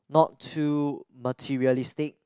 not too materialistic